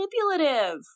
manipulative